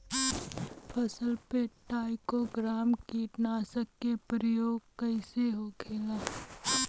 फसल पे ट्राइको ग्राम कीटनाशक के प्रयोग कइसे होखेला?